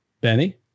Benny